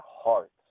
heart